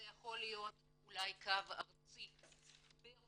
זה יכול להיות אולי קו ארצי ברוסית.